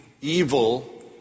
evil